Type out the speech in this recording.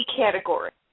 category